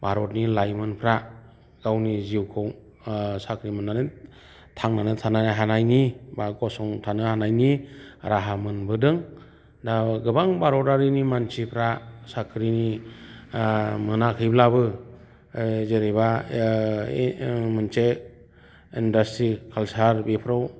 भारतनि लाइमोनफ्रा गावनि जिउखौ साख्रि मोन्नानै थांनानै थानो हानायनि बा गसंथानो हानायनि राहा मोनबोदों दा गोबां भारतारिनि मानसिफ्रा साख्रिनि मोनाखैब्लाबो जेरैबा बे मोनसे इनडास्ट्रि काल्चार बेफोराव